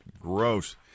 Gross